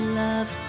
love